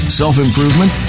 self-improvement